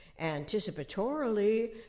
anticipatorily